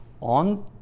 on